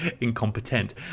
incompetent